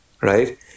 right